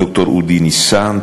ד"ר אודי ניסן,